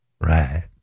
Right